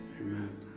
amen